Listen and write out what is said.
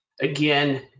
Again